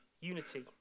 unity